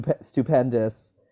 stupendous